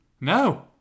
No